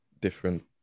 different